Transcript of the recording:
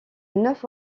neuf